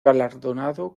galardonado